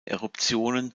eruptionen